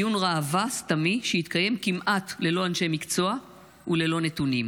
דיון ראווה סתמי שהתקיים כמעט ללא אנשי מקצוע וללא נתונים.